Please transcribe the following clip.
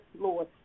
lord